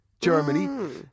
Germany